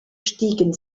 stiegen